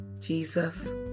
Jesus